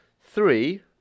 three